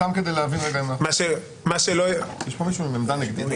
סתם כדי להבין רגע, יש פה מישהו עם עמדה נגדית?